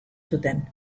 zuten